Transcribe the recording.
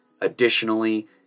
Additionally